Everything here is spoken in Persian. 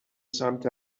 سمت